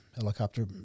helicopter